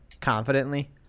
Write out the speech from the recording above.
confidently